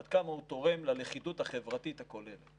ועד כמה הוא תורם ללכידות החברתית הכוללת.